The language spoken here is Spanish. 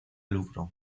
lucro